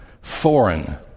foreign